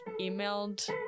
emailed